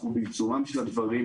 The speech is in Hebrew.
אנחנו בעיצומם של הדברים,